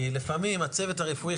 כי לפעמים הצוות הרפואי,